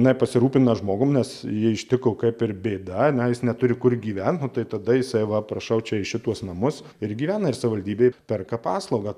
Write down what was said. jinai pasirūpina žmogum nes jį ištiko kaip ir bėda na jis neturi kur gyvent nu tai tada jisai va prašau čia į šituos namus ir gyvena ir savivaldybė perka paslaugą